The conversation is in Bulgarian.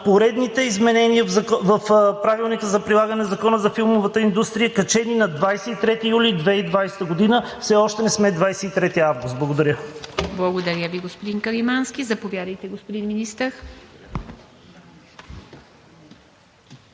поредните изменения в Правилника за прилагане на Закона за филмовата индустрия, качени на 23 юли 2020 г.? Все още не сме 23 август. Благодаря. ПРЕДСЕДАТЕЛ ИВА МИТЕВА: Благодаря Ви, господин Каримански. Заповядайте, господин Министър.